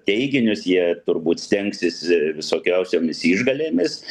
teiginius jie turbūt stengsis visokiausiomis išgalėmis